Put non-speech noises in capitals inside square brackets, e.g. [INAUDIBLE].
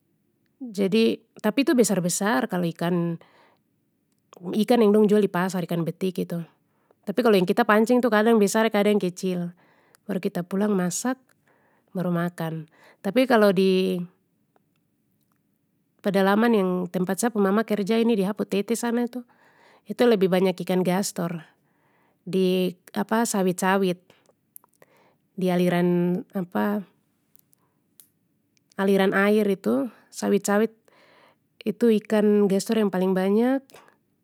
Jadi, tapi itu besar besar kalo ikan, ikan yang dong jual di pasar ikan betik itu, tapi kalo yang kita pancing kadang besar kadang kecil baru kita pulang masak baru makan, tapi kalo di, pedalaman yang tempat sa pu mama kerja ini di ha pu tete sana tu itu lebih banyak ikan gastor, di [HESITATION] sawit sawit, di aliran [HESITATION] aliran air itu sawit sawit itu ikan gastor yang paling banyak.